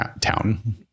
town